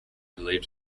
believed